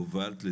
הובלת לזה.